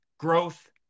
growth